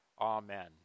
Amen